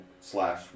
slash